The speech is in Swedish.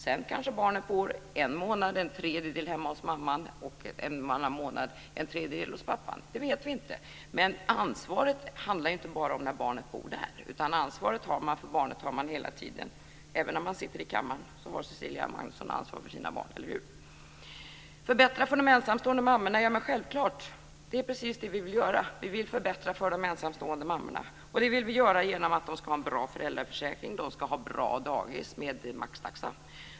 Sedan kanske barnet en månad bor en tredjedel hemma hos mamman och en annan månad en tredjedel hos pappan. Det vet vi inte. Men ansvaret handlar ju inte bara om när barnet bor där. Ansvar för barnet har man hela tiden. Även när hon sitter i kammaren har Cecilia Magnusson ansvar för sina barn, eller hur? Förbättra för de ensamstående mammorna är ju självklart. Det är precis det vi vill göra. Vi vill förbättra för de ensamstående mammorna. Det vill vi göra genom att de ska ha en bra föräldraförsäkring och bra dagis med maxtaxa.